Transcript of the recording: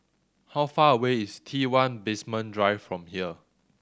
how far away is T One Basement Drive from here